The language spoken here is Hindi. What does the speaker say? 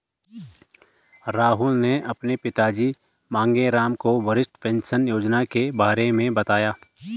राहुल ने अपने पिताजी मांगेराम को वरिष्ठ पेंशन योजना के बारे में बताया